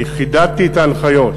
חידדתי את ההנחיות.